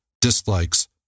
dislikes